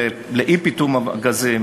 לאי-פיטום אווזים